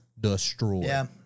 destroy